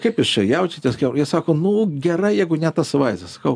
kaip jūs čia jaučiatės chebra jie sako nu gerai jeigu ne tas vaizdas sakau